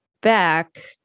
back